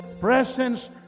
presence